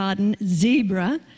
zebra